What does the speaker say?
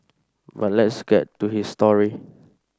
but let's get to his story